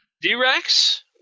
D-Rex